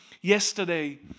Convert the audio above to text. Yesterday